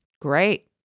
Great